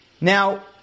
Now